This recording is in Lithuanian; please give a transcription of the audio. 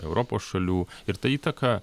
europos šalių ir ta įtaka